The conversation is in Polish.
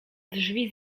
drzwi